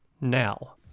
now